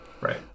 Right